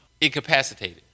incapacitated